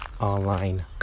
online